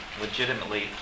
legitimately